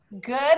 good